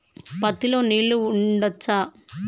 పత్తి లో నీళ్లు ఉంచచ్చా?